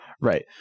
right